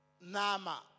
Nama